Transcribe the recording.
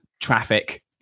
traffic